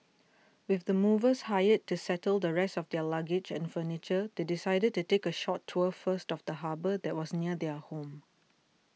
with the movers hired to settle the rest of their luggage and furniture they decided to take a short tour first of the harbour that was near their home